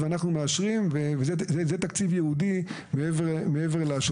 אחרי זה אנחנו נאפשר כמובן דיון מול חברי הכנסת